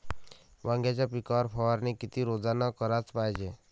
वांग्याच्या पिकावर फवारनी किती रोजानं कराच पायजे?